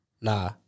nah